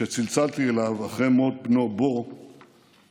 כשצלצלתי אליו אחרי מות בנו בו ב-2015.